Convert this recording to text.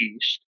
east